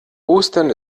ostern